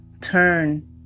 turn